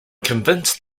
convinced